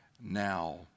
now